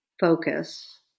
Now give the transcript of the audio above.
focus